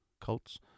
cults